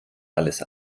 alles